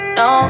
no